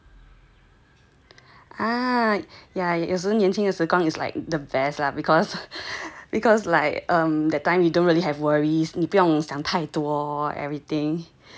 哎呀一直年轻时刚 is like the best lah because because like um that time you don't really have worries 你不用想太多 everything